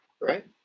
right